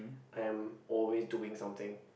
am always doing something